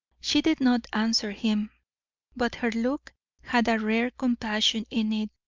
she did not answer him but her look had a rare compassion in it,